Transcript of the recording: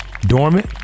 dormant